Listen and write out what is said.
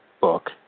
book